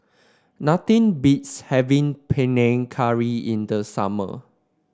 nothing beats having Panang Curry in the summer